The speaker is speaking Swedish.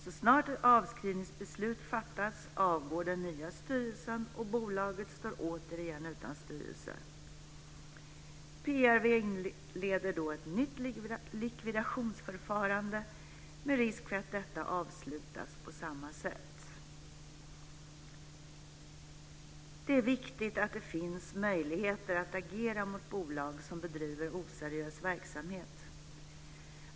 Så snart avskrivningsbeslutet fattats avgår den nya styrelsen och bolaget står återigen utan styrelse. PRV inleder då ett nytt likvidationsförfarande med risk för att detta avslutas på samma sätt. Det är viktigt att det finns möjligheter att agera mot bolag som bedriver oseriös verksamhet.